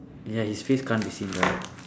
ya his face can't be seen right